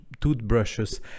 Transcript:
toothbrushes